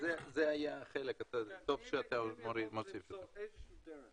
צריך למצוא דרך